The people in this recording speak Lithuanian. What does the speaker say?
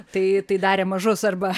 tai tai darė mažus arba